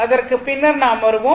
அதற்கு பின்னர் நாம் வருவோம்